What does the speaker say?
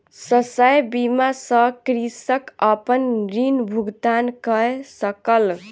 शस्य बीमा सॅ कृषक अपन ऋण भुगतान कय सकल